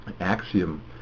axiom